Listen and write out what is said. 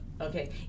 Okay